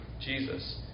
Jesus